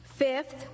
Fifth